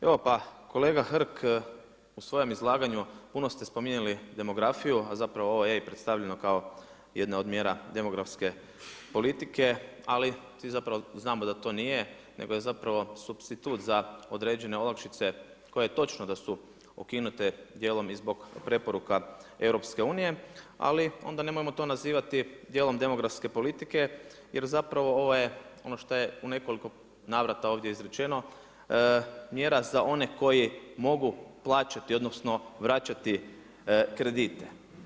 Evo pa kolega Hrg u svom izlaganju puno ste spominjali demografiju, a zapravo ovo je predstavljeno jedna od mjera demografske politike, ali svi zapravo znamo da to nije nego je zapravo supstitut za određene olakšice koje točno da su ukinute dijelom i zbog preporuka EU, ali onda nemojmo to nazivati dijelom demografske politike jer ovo je ono što je u nekoliko navrata ovdje izrečeno, mjera za one koji mogu plaćati odnosno vraćati kredite.